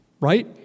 right